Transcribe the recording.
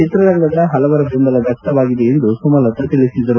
ಚಿತ್ರರಂಗದ ಹಲವರ ಬೆಂಬಲ ವ್ಯಕ್ತವಾಗಿದೆ ಎಂದು ಸುಮಲತಾ ತಿಳಿಸಿದರು